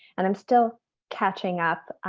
and i'm still catching up.